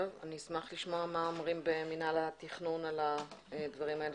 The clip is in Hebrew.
אני אשמח לשמוע מה אומרים במינהל התכנון על הדברים האלה.